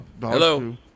Hello